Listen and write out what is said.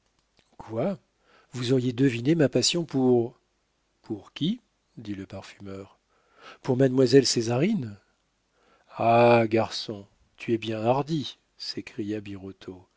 quoi vous auriez deviné ma passion pour pour qui dit le parfumeur pour mademoiselle césarine ah garçon tu es bien hardi s'écria